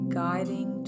guiding